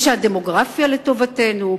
ושהדמוגרפיה לטובתנו,